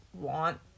want